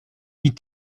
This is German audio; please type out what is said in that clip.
die